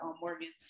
Morgan